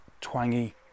twangy